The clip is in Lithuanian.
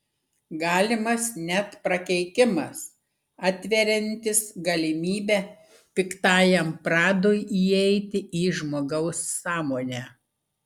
galimas net prakeikimas atveriantis galimybę piktajam pradui įeiti į žmogaus sąmonę